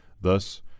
thus